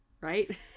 right